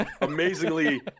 amazingly